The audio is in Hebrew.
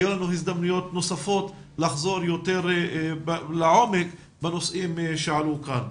יהיו לנו הזדמנויות נוספות לחזור יותר לעומק בנושאים שעלו כאן.